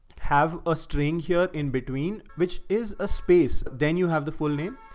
have a string here in between, which is a space. then you have the full name.